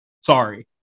Sorry